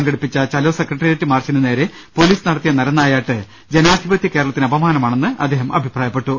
സംഘടിപ്പിച്ച ചലോ സെക്രട്ടേറിയറ്റ് മാർച്ചിനുനേരെ പോലീസ് നടത്തിയ നരനായാട്ട് ജനാധിപത്യ കേരള ത്തിന് അപമാനമാണെന്ന് അദ്ദേഹം പറഞ്ഞു